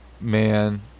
man